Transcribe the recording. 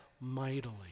mightily